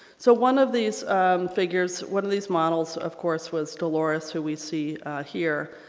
so one of these figures one of these models of course was dolores who we see here.